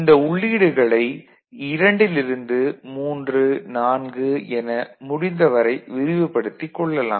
இந்த உள்ளீடுகளை இரண்டிலிருந்து 3 4 என முடிந்தவரை விரிவுபடுத்திக் கொள்ளலாம்